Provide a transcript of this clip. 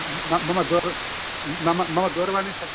मम मम मम दूरवाणी